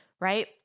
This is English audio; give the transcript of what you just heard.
right